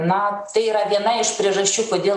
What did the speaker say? na tai yra viena iš priežasčių kodėl